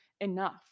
enough